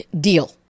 Deal